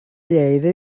lleida